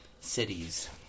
cities